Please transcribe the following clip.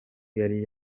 yari